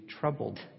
troubled